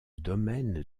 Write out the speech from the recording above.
domaine